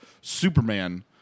Superman